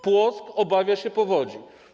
Płock obawia się powodzi.